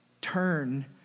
turn